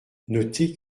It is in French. notez